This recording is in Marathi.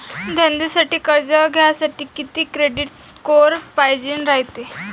धंद्यासाठी कर्ज घ्यासाठी कितीक क्रेडिट स्कोर पायजेन रायते?